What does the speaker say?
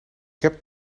heb